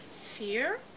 Fear